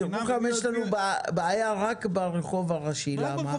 דרך אגב יש לנו בעיה רק ברחוב הראשי, למה?